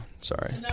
sorry